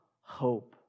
hope